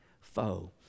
foe